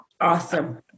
Awesome